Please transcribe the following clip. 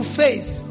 faith